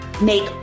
make